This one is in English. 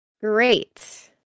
Great